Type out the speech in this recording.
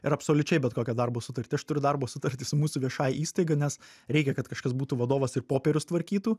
ir absoliučiai bet kokią darbo sutartį aš turiu darbo sutartį su mūsų viešąja įstaiga nes reikia kad kažkas būtų vadovas ir popierius tvarkytų